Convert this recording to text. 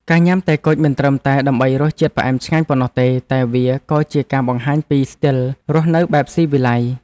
ការញ៉ាំតែគុជមិនត្រឹមតែដើម្បីរសជាតិផ្អែមឆ្ងាញ់ប៉ុណ្ណោះទេតែវាក៏ជាការបង្ហាញពីស្ទីលរស់នៅបែបស៊ីវិល័យ។